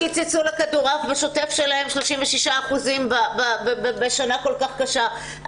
למה קיצצו לכדורעף בשוטף שלהם 36% בשנה כל כך קשה?